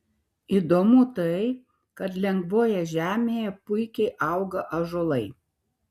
įdomu tai kad lengvoje žemėje puikiai auga ąžuolai